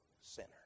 sinner